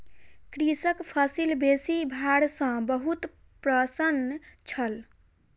कृषक फसिल बेसी भार सॅ बहुत प्रसन्न छल